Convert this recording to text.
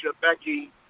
Becky